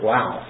Wow